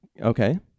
Okay